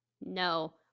no